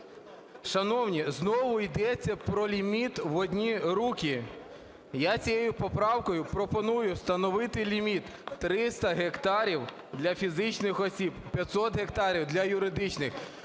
Шановні, знову йдеться про ліміт в одні руки. Я цією поправкою пропоную встановити ліміт: 300 гектарів – для фізичних осіб, 500 гектарів – для юридичних.